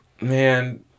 Man